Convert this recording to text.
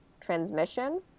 transmission